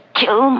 kill